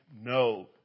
No